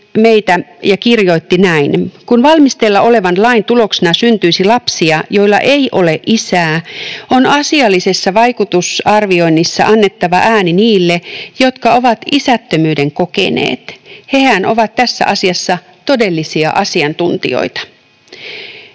meitä ja kirjoitti näin: